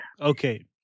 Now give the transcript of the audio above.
okay